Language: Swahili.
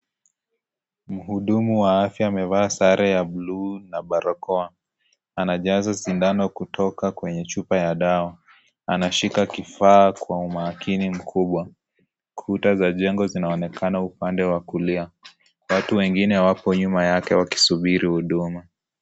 Mhudumu wa afya amevaa sare ya buluu na barakoa. Anajaza sindano kutoka kwenye chupa ya dawa. Anashika kifaa kwa umakini mkubwa. Kuta za jengo, zinaonekana upande wa kulia. Watu wengine wapo nyuma yake wakisubiri huduma.